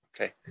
Okay